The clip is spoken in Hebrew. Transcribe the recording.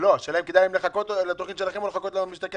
השאלה אם כדאי להם לחכות לתוכנית שלכם או לחכות ל"מחיר למשתכן".